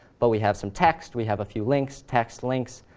but we have some text, we have a few links, text links,